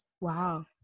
Wow